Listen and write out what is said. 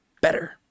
better